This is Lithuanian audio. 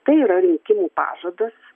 tai yra rinkimų pažadas